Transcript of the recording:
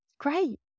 Great